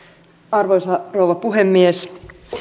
arvoisa rouva puhemies